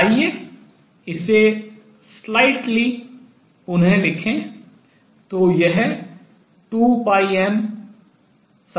आइए इसे slightly थोड़ा सा पुनः लिखें